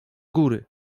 góry